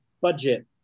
budget